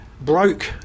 broke